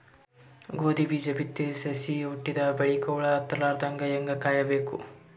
ಗೋಧಿ ಬೀಜ ಬಿತ್ತಿ ಸಸಿ ಹುಟ್ಟಿದ ಬಲಿಕ ಹುಳ ಹತ್ತಲಾರದಂಗ ಹೇಂಗ ಕಾಯಬೇಕು?